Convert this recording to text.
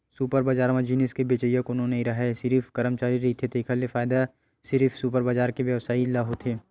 super बजार म जिनिस के बेचइया कोनो नइ राहय सिरिफ करमचारी रहिथे तेखर ले फायदा सिरिफ सुपर बजार के बेवसायी ल होथे